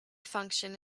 function